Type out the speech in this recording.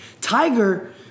Tiger